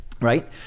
Right